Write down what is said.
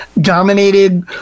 dominated